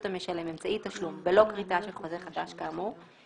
המשלם אמצעי תשלום בלא כריתה של חוזה חדש כאמור,